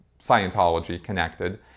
Scientology-connected